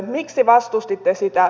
miksi vastustitte sitä